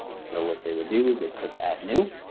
so what they would do is they click add new